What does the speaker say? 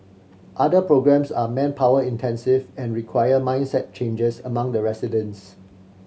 other programmes are manpower intensive and require mindset changes among the residents